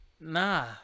Nah